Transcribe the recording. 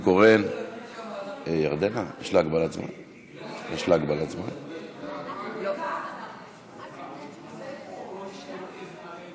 הרי אין פה דיון לא על גנים לאומיים ולא על הסדרה של המצב שקיים היום,